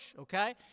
okay